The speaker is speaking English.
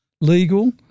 Legal